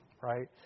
right